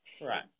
Right